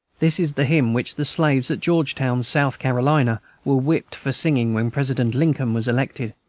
this is the hymn which the slaves at georgetown, south carolina, were whipped for singing when president lincoln was elected.